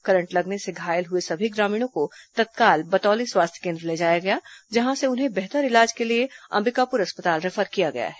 current लगने से घायल हुए सभी ग्रामीणों को तत्काल बतौली स्वास्थ्य केंद्र ले जाया गया जहां से उन्हें बेहतर इलाज के लिए अंबिकापुर अस्पताल रिफर किया गया है